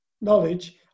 knowledge